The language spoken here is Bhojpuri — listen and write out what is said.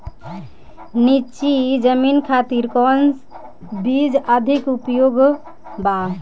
नीची जमीन खातिर कौन बीज अधिक उपयुक्त बा?